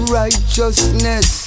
righteousness